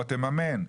או תממן,